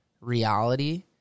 reality